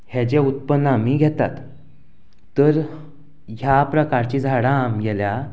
हेजे जें उत्पन्न आमी घेतात तर ह्या प्रकारचीं झाडां आमगेल्या